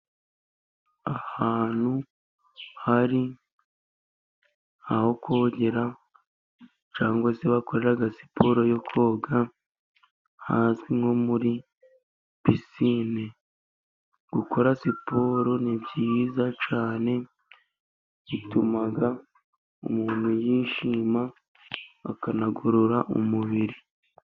Ahantu hari aho kogera cyangwa se bakorera siporo yo koga, hazwi nko muri pisine. Gukora siporo ni byiza cyane, bituma umuntu yishima, akanagorora umubiri.